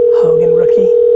hogan rookie.